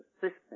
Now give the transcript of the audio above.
system